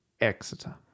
Exeter